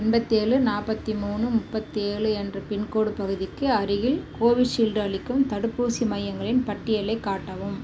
எண்பத்தேழு நாற்பத்தி மூணு முப்பத்தேழு என்ற பின்கோடு பகுதிக்கு அருகில் கோவிஷீல்டு அளிக்கும் தடுப்பூசி மையங்களின் பட்டியலைக் காட்டவும்